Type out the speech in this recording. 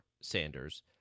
Sanders